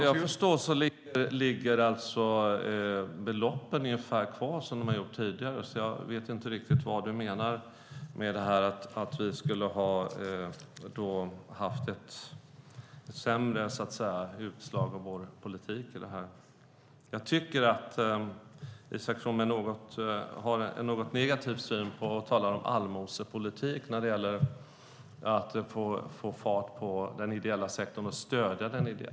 Herr talman! Vad jag förstår ligger beloppen kvar ungefär som de har gjort tidigare. Jag vet inte riktigt vad Isak From menar med att vi skulle ha haft ett sämre utslag av vår politik i detta. Jag tycker att Isak From har en något negativ syn när han talar om allmosepolitik för att få fart på den ideella sektorn och stödja den.